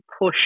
push